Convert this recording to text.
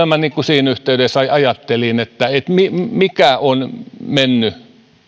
minä siinä yhteydessä ajattelin että mikä on mennyt